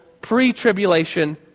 pre-tribulation